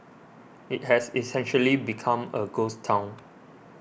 it has essentially become a ghost town